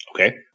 Okay